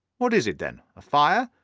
what is it, then a fire?